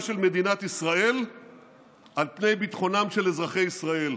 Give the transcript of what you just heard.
של מדינת ישראל על פני ביטחונם של אזרחי ישראל,